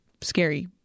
scary